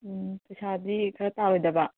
ꯎꯝ ꯄꯩꯁꯥꯗꯤ ꯈꯔ ꯇꯥꯔꯣꯏꯗꯕ